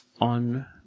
on